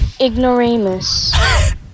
Ignoramus